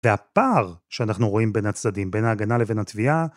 והפער שאנחנו רואים בין הצדדים, בין ההגנה לבין התביעה,